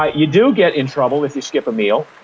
ah you do get in trouble if you skip a meal,